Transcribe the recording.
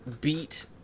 beat